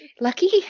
Lucky